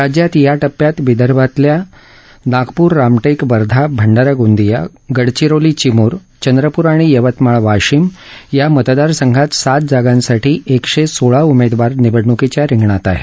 राज्यात या टप्प्यात विदर्भातल्या नागपूर रामटेक वर्धा भंडारा गोंदिया गडचिरोली चिमूर चंद्रपूर आणि यवतमाळ वाशिम या मतदार संघात सात जागांसाठी एकशे सोळा उमेदवार निवडणुकीच्या रिंगणात आहेत